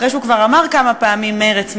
אחרי שהוא כבר אמר כמה פעמים מרצ,